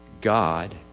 God